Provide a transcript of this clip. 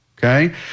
Okay